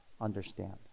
understand